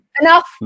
Enough